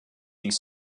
dies